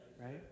Right